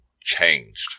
changed